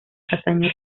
castaño